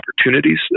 opportunities